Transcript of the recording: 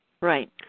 Right